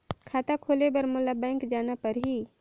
खाता खोले बर मोला बैंक जाना परही?